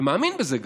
ומאמין בזה גם,